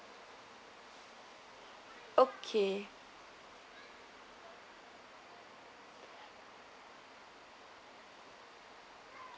okay